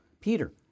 peter